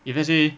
if let's say